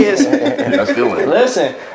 listen